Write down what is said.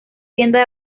tienda